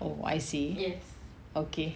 oh I see okay